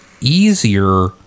easier